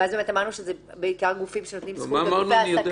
אמרנו שזה בעיקר גופים שנותנים זכות העסקה.